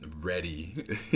ready